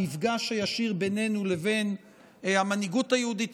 המפגש הישיר בינינו לבין המנהיגות היהודית